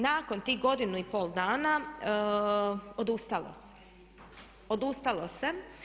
Nakon tih godinu i pol dana odustalo se, odustalo se.